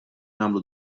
nagħmlu